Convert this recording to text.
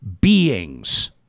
beings